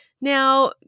Now